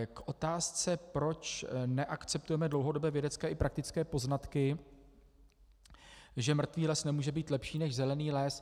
K otázce, proč neakceptujeme dlouhodobé vědecké i praktické poznatky, že mrtvý les nemůže být lepší než zelený les.